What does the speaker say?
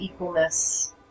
equalness